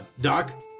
Doc